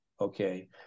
okay